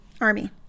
army